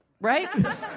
Right